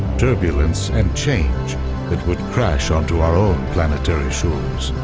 turbulence, and change that would crash onto our own planetary shores.